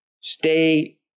stay